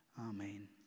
Amen